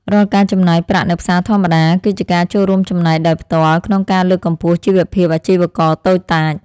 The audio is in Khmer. រាល់ការចំណាយប្រាក់នៅផ្សារធម្មតាគឺជាការចូលរួមចំណែកដោយផ្ទាល់ក្នុងការលើកកម្ពស់ជីវភាពអាជីវករតូចតាច។